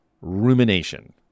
rumination